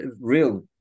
real